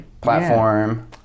platform